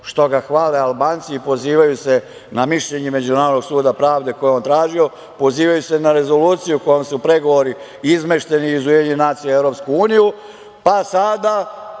što ga hvale Albanci i pozivaju se na mišljenje Međunarodnog suda pravde koje je on tražio, pozivaju se na rezoluciju kojom su pregovori izmešteni iz UN u EU, pa sada